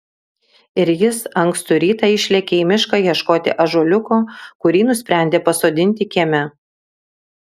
ir jis ankstų rytą išlėkė į mišką ieškoti ąžuoliuko kurį nusprendė pasodinti kieme